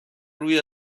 روی